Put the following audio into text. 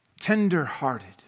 Tender-hearted